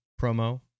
promo